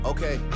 Okay